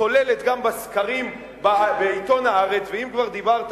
שצוללת גם בסקרים בעיתון "הארץ" ואם כבר דיברת,